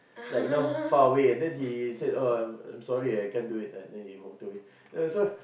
like you know far away and then he said oh I'm sorry I can't do it and then he walked away ya so